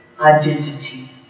identity